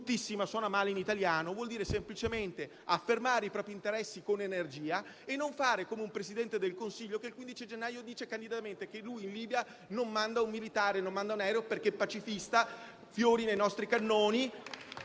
e suona male in italiano, ma che significa semplicemente affermare i propri interessi con energia e non fare come un Presidente del Consiglio che il 15 gennaio ha detto candidamente che lui in Libia non avrebbe mandato un militare né un aereo, perché pacifista: fiori nei nostri cannoni.